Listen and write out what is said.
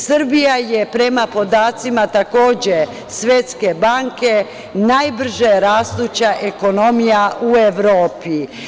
Srbija je, prema podacima takođe Svetske banke, najbrže rastuća ekonomija u Evropi.